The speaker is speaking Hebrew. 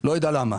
לא יודע למה.